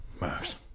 Max